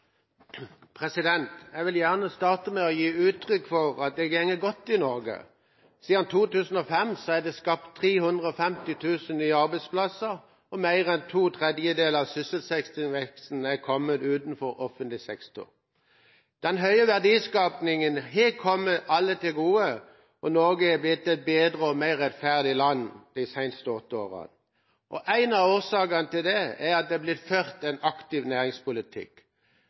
omme. Jeg vil starte med å gi uttrykk for at det går godt i Norge. Siden 2005 er det skapt 350 000 nye arbeidsplasser. Mer enn to tredjedeler av sysselsettingsveksten er kommet utenfor offentlig sektor. Den høye verdiskapingen har kommet alle til gode. Norge er blitt et bedre og mer rettferdig land de siste åtte årene. En av årsakene er at det er blitt ført en aktiv næringspolitikk.